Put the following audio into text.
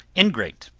ingrate,